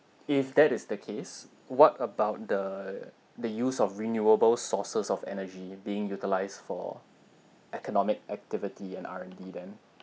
if that is the case what about the the use of renewable sources of energy being utilised for economic activity and R&D then